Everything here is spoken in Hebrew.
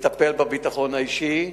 לטפל בביטחון האישי,